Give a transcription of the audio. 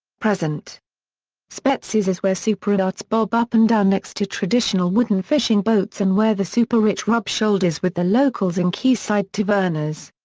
present spetses is where superyachts bob up and down next to traditional wooden fishing boats and where the super-rich rub shoulders with the locals in quayside tavernas.